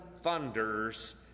thunders